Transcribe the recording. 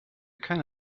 kein